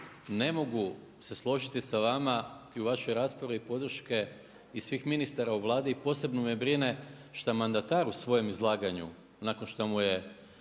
ne mogu se složiti sa vama i u vašoj raspravi podrške i svih ministara u Vladi i posebno me brine šta mandatar u svojem izlaganju nakon šta mu je